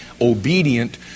obedient